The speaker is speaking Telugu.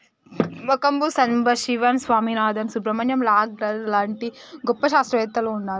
మంకంబు సంబశివన్ స్వామినాధన్, సుబ్రమణ్యం నాగరాజన్ లాంటి గొప్ప శాస్త్రవేత్తలు వున్నారు